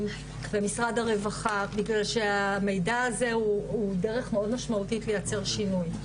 ומשרד הרווחה כי המידע הזה הוא דרך מאוד משמעותית לייצר שינוי.